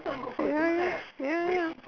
ya ya ya ya